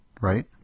right